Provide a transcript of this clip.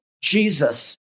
Jesus